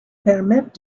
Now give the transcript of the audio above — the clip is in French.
permettent